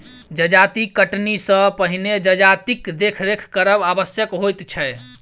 जजाति कटनी सॅ पहिने जजातिक देखरेख करब आवश्यक होइत छै